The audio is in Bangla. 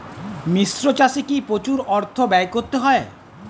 মিশ্র চাষে কি প্রচুর অর্থ ব্যয় করতে হয়?